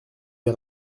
des